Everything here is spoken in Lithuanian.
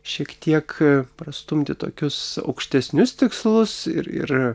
šiek tiek prastumti tokius aukštesnius tikslus ir ir